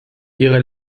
ihre